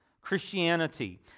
Christianity